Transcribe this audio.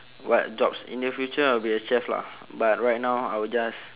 what jobs in the future I would be a chef lah but right now I would just